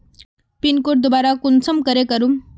Pin code दोबारा कुंसम करे करूम?